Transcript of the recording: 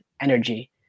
energy